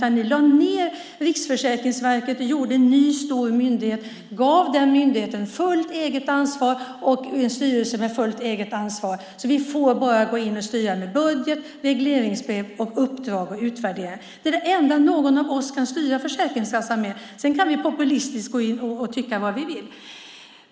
Ni lade ned Riksförsäkringsverket och gjorde en ny stor myndighet, gav den myndigheten fullt eget ansvar och en styrelse med fullt eget ansvar, så vi får bara gå in och styra med budget, regleringsbrev och uppdrag att utvärdera. Det är det enda någon av oss kan styra Försäkringskassan med. Sedan kan vi populistiskt tycka vad vi vill.